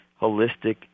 holistic